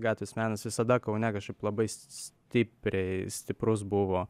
gatvės menas visada kaune kažkaip labai stipriai stiprus buvo